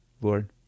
Lord